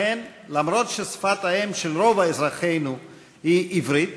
לכן, למרות ששפת האם של רוב אזרחינו היא עברית,